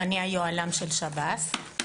אני היוהל"ם של שב"ס.